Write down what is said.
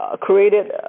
created